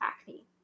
acne